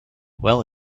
well